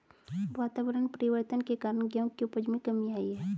वातावरण परिवर्तन के कारण गेहूं की उपज में कमी आई है